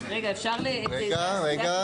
120. הצבעה בעד, 2 נגד, 4 נמנעים,